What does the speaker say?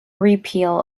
repeal